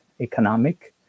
economic